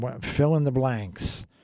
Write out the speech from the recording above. fill-in-the-blanks